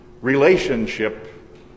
relationship